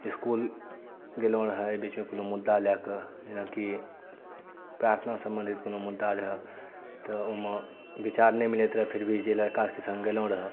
school गेलहुँ रहए एहि बीचमे कोनो मुद्दा लए के जेनाकि प्रार्थना सम्बन्धित कोनो मुद्दा रहए तऽ ओहिमे विचार नहि मिलैत रहए फिर भी जे लड़का सङ्ग गेलहुँ रहए